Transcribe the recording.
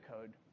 code